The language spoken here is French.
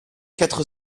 quatre